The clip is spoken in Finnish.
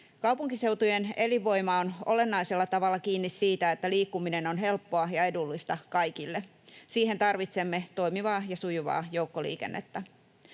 Kaupunkiseutujen elinvoima on olennaisella tavalla kiinni siitä, että liikkuminen on helppoa ja edullista kaikille. Siihen tarvitsemme toimivaa ja sujuvaa joukkoliikennettä.